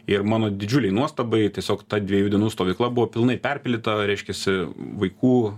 ir mano didžiulei nuostabai tiesiog ta dviejų dienų stovykla buvo pilnai perpildyta reiškiasi vaikų